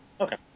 Okay